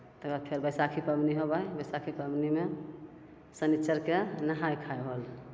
तकर बाद फेर बैसाखी पबनी होबै हइ बैसाखी पबनीमे शन्निचरके नहाइ खाइ होल